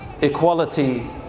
equality